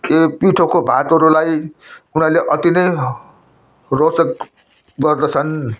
के पिठोको भातहरूलाई उनीहरूले अति नै रोचक गर्दछन्